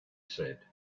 said